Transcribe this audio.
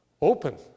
open